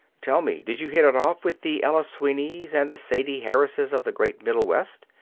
tell me, did you hit it off with the ella sweeneys and the sadie harrises of the great middle west?